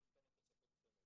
כמה תוספות קטנות